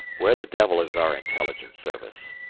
where the devil is our intelligence service?